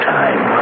time